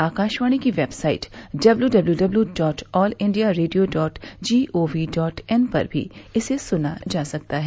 आकाशवाणी की website W W W dot all India radio dot G O V dot in पर भी इसे सुना जा सकता है